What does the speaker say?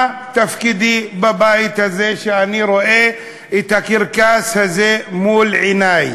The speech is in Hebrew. מה תפקידי בבית הזה כשאני רואה את הקרקס הזה מול עיני?